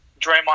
Draymond